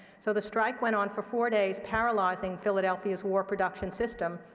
so the strike went on for four days, paralyzing philadelphia's war production system,